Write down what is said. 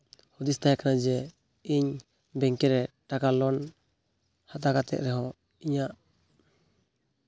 ᱦᱩᱫᱤᱥ ᱛᱟᱦᱮᱸ ᱠᱟᱱᱟ ᱡᱮ ᱤᱧ ᱵᱮᱝᱠᱮ ᱨᱮ ᱴᱟᱠᱟ ᱞᱳᱱ ᱦᱟᱛᱟᱣ ᱠᱟᱛᱮᱫ ᱨᱮᱦᱚᱸ ᱤᱧᱟᱜ